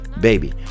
baby